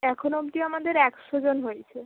এখনো অব্দি আমাদের একশোজন হয়েছে